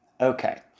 okay